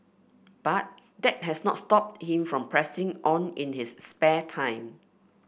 but that has not stopped him from pressing on in his spare time